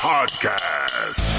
Podcast